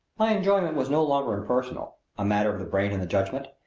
my enjoyment was no longer impersonal a matter of the brain and the judgment.